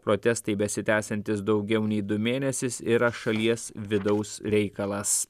protestai besitęsiantis daugiau nei du mėnesius yra šalies vidaus reikalas